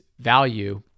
value